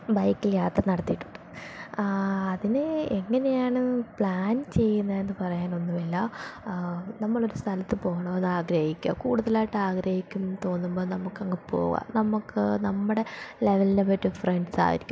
bike യാത്ര നടത്തിയിട്ടുണ്ട് അതിന് എങ്ങനെയാണ് പ്ലാൻ ചെയ്യുന്നത് എന്ന് പറയാനൊന്നും ഇല്ല നമ്മളൊരു സ്ഥലത്ത് പോവണം എന്ന് ആഗ്രഹിക്കുക കൂടുതലായിട്ട് ആഗ്രഹിക്കും തോന്നുമ്പോൾ നമുക്കങ്ങ് പോവാം നമുക്ക് നമ്മുടെ ലെവലിന് പറ്റിയ ഫ്രൻസ് ആയിരിക്കും